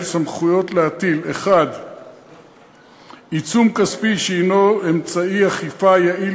סמכויות להטיל: 1. עיצום כספי שהנו אמצעי אכיפה יעיל